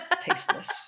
tasteless